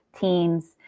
teens